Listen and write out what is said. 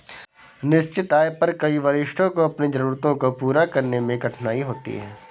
निश्चित आय पर कई वरिष्ठों को अपनी जरूरतों को पूरा करने में कठिनाई होती है